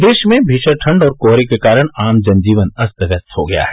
प्रदेश में भीषण ठंड और कोहरे के कारण आम जनजीवन अस्त व्यस्त हो गया है